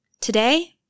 Today